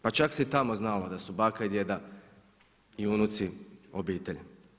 Pa čak se i tamo znalo da su baka i djeda i unuci obitelj.